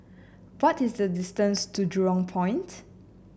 what is the distance to Jurong Point